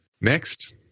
next